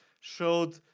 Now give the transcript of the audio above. showed